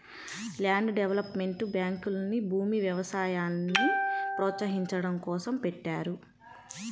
land development బ్యాంకుల్ని భూమి, వ్యవసాయాల్ని ప్రోత్సహించడం కోసం పెట్టారు